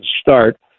start